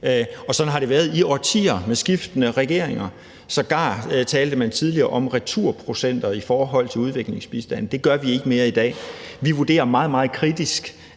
og sådan har det været i årtier med skiftende regeringer. Sågar talte man tidligere om returprocenter i forhold til udviklingsbistanden. Det gør vi ikke mere i dag. Vi vurderer meget, meget kritisk,